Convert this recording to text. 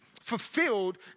fulfilled